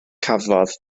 cafodd